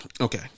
Okay